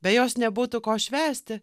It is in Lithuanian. be jos nebūtų ko švęsti